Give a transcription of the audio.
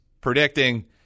predicting